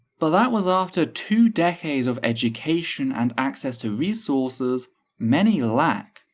but that was after two decades of education and access to resources many lack.